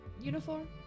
uniform